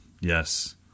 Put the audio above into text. yes